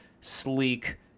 sleek